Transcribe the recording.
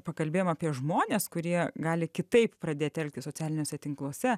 pakalbėjom apie žmones kurie gali kitaip pradėti elgtis socialiniuose tinkluose